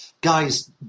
guys